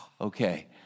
Okay